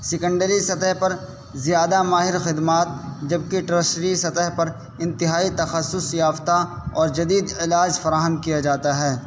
secondary سطح پر زیادہ ماہر خدمات جبکہ ٹرسری سطح پر انتہائی تخصص یافتہ اور جدید علاج فراہم کیا جاتا ہے